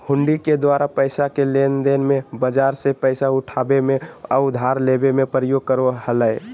हुंडी के द्वारा पैसा के लेनदेन मे, बाजार से पैसा उठाबे मे, उधार लेबे मे प्रयोग करो हलय